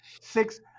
Six